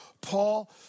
Paul